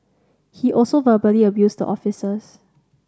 he also verbally abused the officers